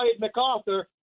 MacArthur